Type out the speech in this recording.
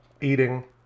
eating